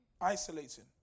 isolating